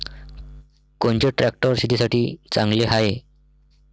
कोनचे ट्रॅक्टर शेतीसाठी चांगले हाये?